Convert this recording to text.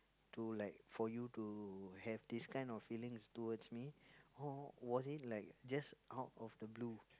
to like for you to have this kind of feelings towards me or was it like just out of the blue